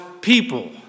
people